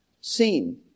seen